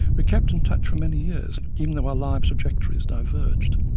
we kept in touch for many years, even though our lives' trajectories diverged.